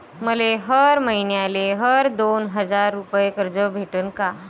मले हर मईन्याले हर दोन हजार रुपये कर्ज भेटन का?